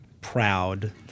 proud